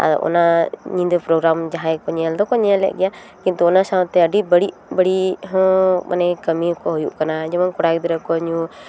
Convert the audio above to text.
ᱟᱫᱚ ᱚᱱᱟ ᱧᱤᱫᱟᱹ ᱯᱳᱨᱳᱜᱮᱨᱟᱢ ᱡᱟᱦᱟᱸᱭ ᱧᱮᱞ ᱫᱚᱠᱚ ᱧᱮᱞᱮᱫ ᱜᱮᱭᱟ ᱠᱤᱱᱛᱩ ᱚᱱᱟ ᱥᱟᱶᱛᱮ ᱟᱹᱰᱤ ᱵᱟᱹᱲᱤᱡ ᱵᱟᱹᱲᱡᱤ ᱦᱚᱸ ᱢᱟᱱᱮ ᱠᱟᱹᱢᱤ ᱦᱚᱸᱠᱚ ᱦᱩᱭᱩᱜ ᱠᱟᱱᱟ ᱡᱮᱢᱚᱱ ᱠᱚᱲᱟ ᱜᱤᱫᱽᱨᱟᱹ ᱠᱚ ᱧᱩ